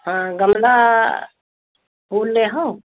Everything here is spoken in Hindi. हाँ गमला फूल लेहऊ